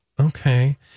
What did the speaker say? Okay